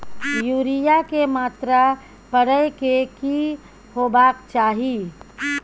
Urea के मात्रा परै के की होबाक चाही?